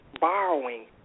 borrowing